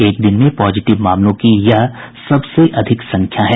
एक दिन में पॉजिटिव मामलों की यह सबसे अधिक संख्या है